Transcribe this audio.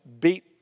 beat